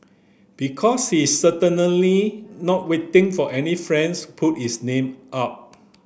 because he is certainly not waiting for any friends put his name up